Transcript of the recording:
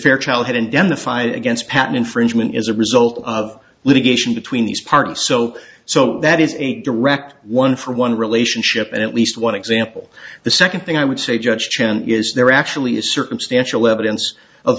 fairchild had indemnified against patent infringement as a result of litigation between these part of so so that is a direct one for one relationship at least one example the second thing i would say judge chen is there actually is circumstantial evidence of